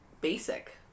basic